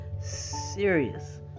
serious